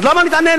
אז למה להתעמר